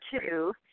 two